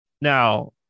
Now